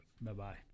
Bye-bye